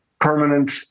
permanent